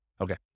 Okay